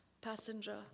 passenger